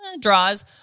draws